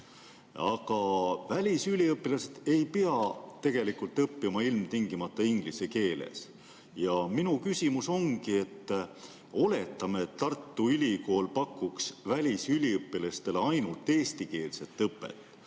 Aga välisüliõpilased ei pea tegelikult õppima ilmtingimata inglise keeles. Ja minu küsimus ongi: oletame, et Tartu Ülikool pakuks välisüliõpilastele ainult eestikeelset õpet,